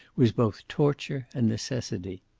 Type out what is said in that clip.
was both torture and necessity.